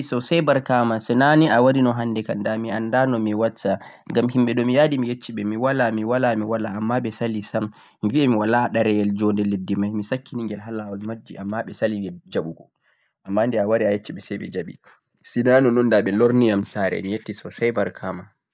mi yettii soosay barkama sina ni a warino hannde kam da mi annda no watta ngam himɓe ɗo mi yadi mi yecci ɓe mi walaa mi walaa mi walaa ammaa ɓe sali sam, mi bi mi walaa ɗereyel jonnde leddi may mi sakkini ɗe ngel ha laawol majji ammaa ɓe sali jaɓugo ammaa de a wari a yecci ɓe say ɓe jaɓi, sina nonnan da ɓe lorniyam saare mi yetti soosay barkama.